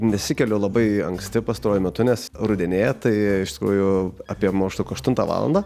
nesikeliu labai anksti pastaruoju metu nes rudenėja tai iš tikrųjų apie maždaug aštuntą valandą